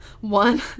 one